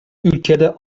ülkede